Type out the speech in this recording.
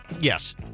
yes